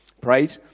Prayed